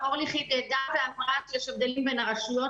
אורלי חידדה ואמרה שיש הבדלים בין הרשויות,